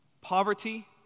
poverty